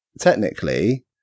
technically